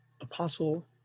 apostle